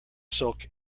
silk